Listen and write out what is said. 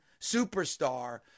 superstar